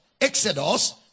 Exodus